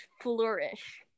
flourish